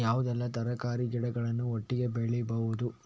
ಯಾವುದೆಲ್ಲ ತರಕಾರಿ ಗಿಡಗಳನ್ನು ಒಟ್ಟಿಗೆ ಬೆಳಿಬಹುದು?